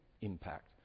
impact